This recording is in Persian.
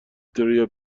تریا